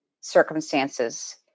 circumstances